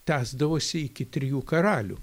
tęsdavosi iki trijų karalių